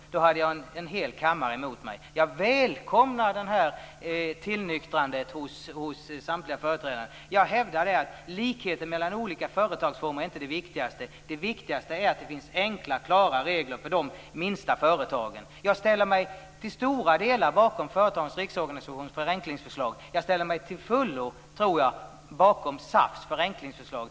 Då hade jag en hel kammare emot mig. Jag välkomnar det här tillnyktrandet hos samtliga företrädare. Jag hävdar att likheten mellan olika företagsformer inte är det viktigaste. Det viktigaste är att det finns enkla klara regler för de minsta företagen. Jag ställer mig i stora delar bakom Företagarnas Riksorganisations förenklingsförslag och jag ställer mig till fullo bakom SAF:s förenklingsförslag.